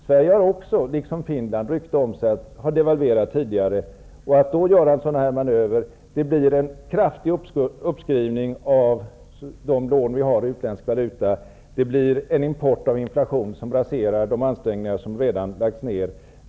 Sverige har liksom Finland rykte om sig att ha devalverat tidigare, och gör man då en sådan här manöver blir det en kraftig uppskrivning av de lån vi har i utländsk valuta och en import av inflation som raserar de ansträngningar som har gjorts.